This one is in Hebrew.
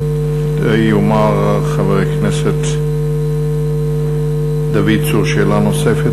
ישאל חבר הכנסת דוד צור שאלה נוספת,